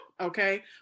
Okay